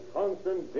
constant